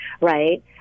right